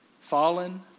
Fallen